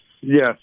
yes